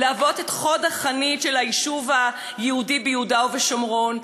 להוות את חוד החנית של היישוב היהודי ביהודה ובשומרון,